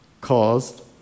caused